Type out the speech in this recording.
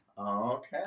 Okay